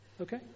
Okay